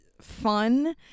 fun